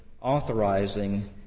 authorizing